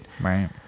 Right